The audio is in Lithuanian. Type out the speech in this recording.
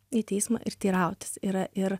į teismą ir teirautis yra ir